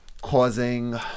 causing